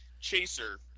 Chaser